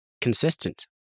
consistent